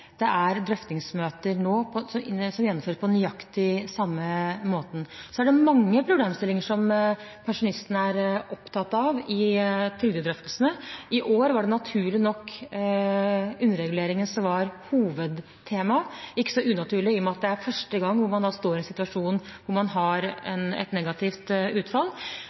Drøftingsmøter gjennomføres på nøyaktig samme måte nå. Så er det mange problemstillinger pensjonistene er opptatt av i trygdedrøftelsene. I år var det naturlig nok underreguleringen som var hovedtemaet – ikke så unaturlig i og med at det er første gang man står i en situasjon hvor man har et negativt utfall.